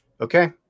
Okay